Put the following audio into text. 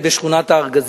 פשיטת הרגל